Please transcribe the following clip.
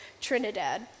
Trinidad